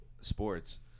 sports